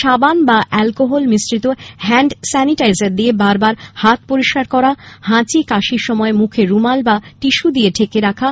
সাবান বা অ্যালকোহল মিশ্রিত হ্যান্ড স্যানিটাইজার দিয়ে বার বার হাত পরিস্কার করা হাঁচি কাশির সময় মুখ রুমাল বা টিস্যু দিয়ে ঢেকে রাখা